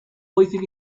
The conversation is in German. häufiger